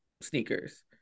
sneakers